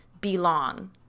belong